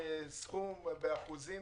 סכום באחוזים